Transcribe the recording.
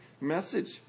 message